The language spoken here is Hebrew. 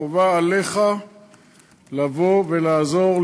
חובה עליך לבוא ולעזור,